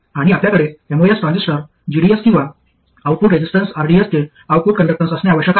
आणि आपल्याकडे MOS transistor gds किंवा आउटपुट रेझिस्टन्स rds चे आउटपुट कंडक्टन्स असणे आवश्यक आहे